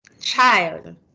child